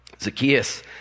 Zacchaeus